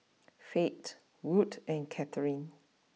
Fate wood and Katherine